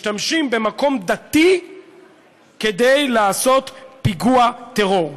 משתמש במקום דתי כדי לעשות פיגוע טרור.